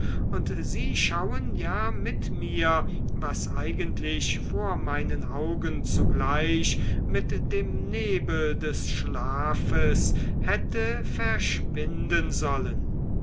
und sie schauen ja mit mir was eigentlich vor meinen augen zugleich mit dem nebel des schlafes hätte verschwinden sollen